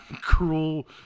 cruel